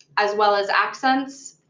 as well as accents.